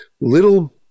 little